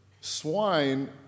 swine